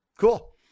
cool